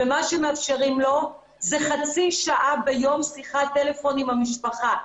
מאפשרים לו חצי שעה ביום שיחת טלפון עם המשפחה,